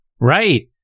Right